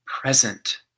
present